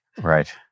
Right